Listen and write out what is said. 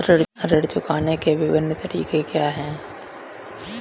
ऋण चुकाने के विभिन्न तरीके क्या हैं?